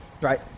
Right